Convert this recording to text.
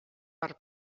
per